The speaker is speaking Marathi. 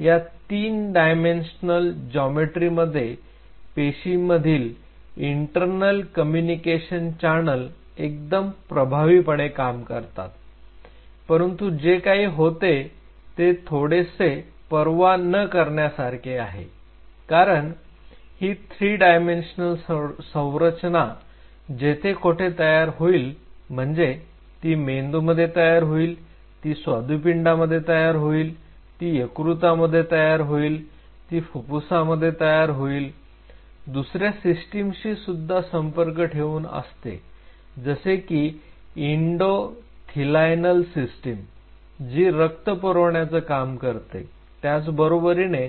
या 3 डायमेन्शनल जॉमेट्री मध्ये पेशींमधील इंटरनल कम्युनिकेशन चॅनल एकदम प्रभावीपणे काम करतात परंतु जे काही होते ते थोडेसे परवा न करण्यासारखे आहे कारण ही 3 डायमेन्शनल संरचना जेथे कोठे तयार होईल म्हणजे ती मेंदूमध्ये तयार होईल ती स्वादुपिंडमध्ये तयार होईल ती यकृतामध्ये तयार होईल ती फुप्फूसामध्ये तयार होईल दुसऱ्या सिस्टीमशी सुद्धा संपर्क ठेवून असते जसे की इंडोथिलायल सिस्टीम जी रक्त पुरवण्याचं काम करते त्याचबरोबरीने